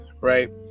right